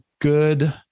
good